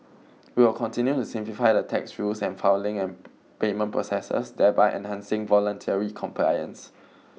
we will continue to simplify the tax rules and filing and payment processes thereby enhancing voluntary compliance